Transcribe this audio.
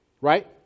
Right